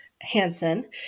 Hansen